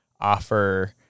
offer